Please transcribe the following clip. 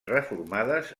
reformades